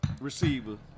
receiver